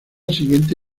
siguiente